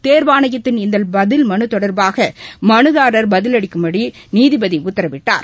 தேர்வாணையத்தின் இந்த பதில் மனு தொடர்பாக மனுதாரர் பதிலளிக்கும்படி நீதிபதி உத்தரவிட்டார்